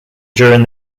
during